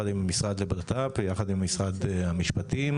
לבט"פ, יחד עם משרד המשפטים